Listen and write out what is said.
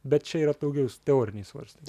bet čia yra daugiau teoriniai svarstymai